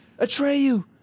Atreyu